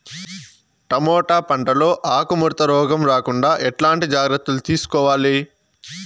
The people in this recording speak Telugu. టమోటా పంట లో ఆకు ముడత రోగం రాకుండా ఎట్లాంటి జాగ్రత్తలు తీసుకోవాలి?